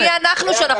מי אנחנו?